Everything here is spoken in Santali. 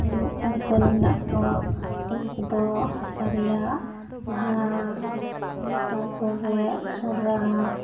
ᱠᱩᱝᱠᱟᱹᱞ ᱢᱮᱱᱟᱜ ᱠᱚᱣᱟ ᱩᱱᱠᱩ ᱫᱚ ᱦᱟᱥᱟ ᱨᱮᱭᱟᱜ ᱜᱷᱟᱸᱲᱟ ᱛᱟᱯᱚᱨᱮ ᱥᱚᱨᱟ